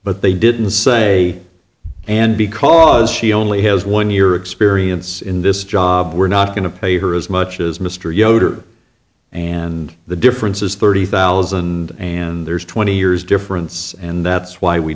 but they didn't say and because she only has one year experience in this job we're not going to pay her as much as mr yoder and the difference is thirty thousand and there's twenty years difference and that's why we